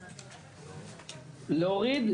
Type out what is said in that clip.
להוריד,